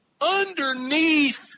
underneath